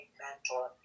mentor